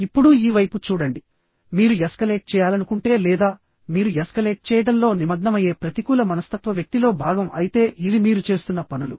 ఇప్పుడు ఈ వైపు చూడండి మీరు ఎస్కలేట్ చేయాలనుకుంటే లేదా మీరు ఎస్కలేట్ చేయడంలో నిమగ్నమయ్యే ప్రతికూల మనస్తత్వ వ్యక్తిలో భాగం అయితే ఇవి మీరు చేస్తున్న పనులు